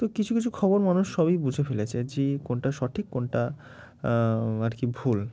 তো কিছু কিছু খবর মানুষ সবই বুঝে ফেলেছে যে কোনটা সঠিক কোনটা আর কি ভুল